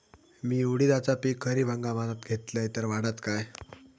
मी उडीदाचा पीक खरीप हंगामात घेतलय तर वाढात काय?